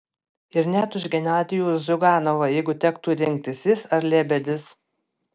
ir net už genadijų ziuganovą jeigu tektų rinktis jis ar lebedis